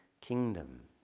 kingdom